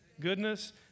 goodness